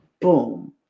Boom